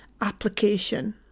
application